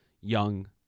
young